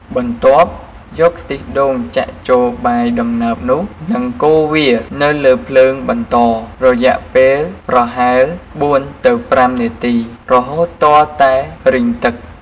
បន្ទាប់យកខ្ទិះដូងចាក់ចូលបាយដំណើបនោះ និងកូរវានៅលើភ្លើងបន្ត រយះពេលប្រហែល៤ ទៅ៥នាទីរហូតទាល់តែរីងទឹក។